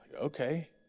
Okay